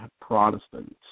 Protestants